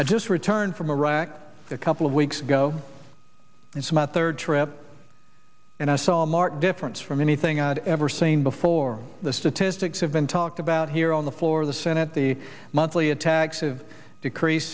i just returned from iraq a couple of weeks ago it's my third trip and i saw a marked difference from anything i had ever seen before the statistics have been talked about here on the floor of the senate the monthly attacks of decrease